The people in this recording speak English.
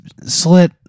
slit